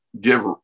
give